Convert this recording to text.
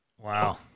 Wow